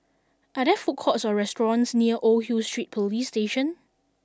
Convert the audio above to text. are there food courts or restaurants near Old Hill Street Police Station